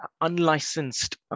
unlicensed